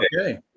Okay